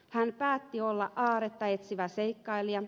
hän päätti olla aarretta etsivä seikkailija